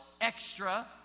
extra